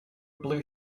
blue